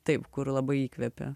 taip kur labai įkvėpė